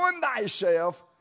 thyself